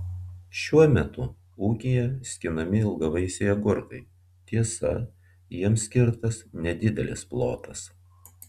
šiuo metu ūkyje skinami ilgavaisiai agurkai tiesa jiems skirtas nedidelis plotas